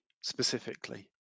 specifically